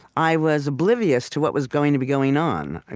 i was oblivious to what was going to be going on. and